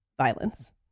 violence